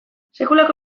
sekulako